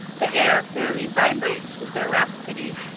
the air fairly vibrates with their rhapsody.